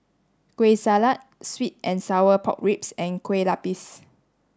Kueh Salat Sweet and sour pork ribs and Kue Lupis